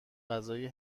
غذای